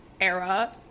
era